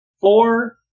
four